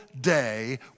day